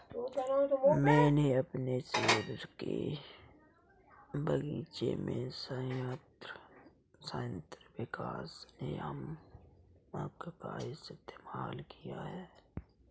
मैंने अपने सेब के बगीचे में संयंत्र विकास नियामक का इस्तेमाल किया है